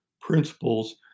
principles